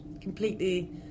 completely